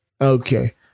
okay